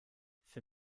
für